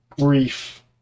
grief